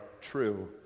true